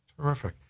Terrific